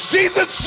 Jesus